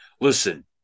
listen